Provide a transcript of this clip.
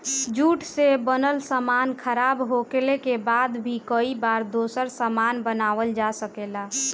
jute से बनल सामान खराब होखले के बाद भी कई बार दोसर सामान बनावल जा सकेला